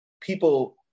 people